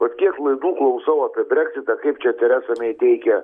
vat kiek laidų klausau apie breksitą kaip čia teresa mei teikia